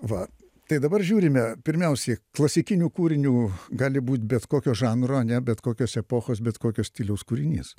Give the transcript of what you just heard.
va tai dabar žiūrime pirmiausiai klasikinių kūrinių gali būt bet kokio žanro ane bet kokios epochos bet kokio stiliaus kūrinys